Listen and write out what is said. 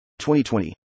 2020